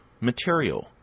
material